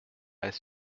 est